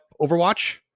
overwatch